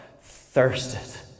thirsted